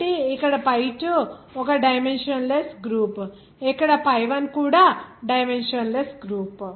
కాబట్టి ఇక్కడ pi2 ఒక డైమెన్షన్ లెస్ గ్రూప్ ఇక్కడ pi 1 కూడా డైమెన్షన్ లెస్ గ్రూప్